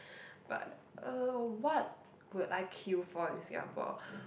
but uh what would I queue for in Singapore